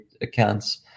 accounts